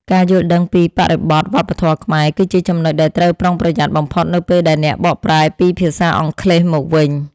ការយល់ដឹងពីបរិបទវប្បធម៌ខ្មែរគឺជាចំណុចដែលត្រូវប្រុងប្រយ័ត្នបំផុតនៅពេលដែលអ្នកបកប្រែពីភាសាអង់គ្លេសមកវិញ។